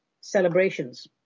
celebrations